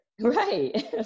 Right